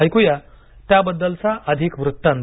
ऐकूया त्या बद्दलचा अधिक वृत्तांत